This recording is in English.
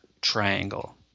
triangle